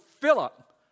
Philip